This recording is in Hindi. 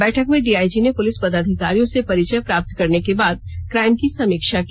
बैठक में डीआइजी ने पुलिस पदाधिकारियों से परिचय प्राप्त करने के बाद क्राइम की समीक्षा की